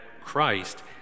Christ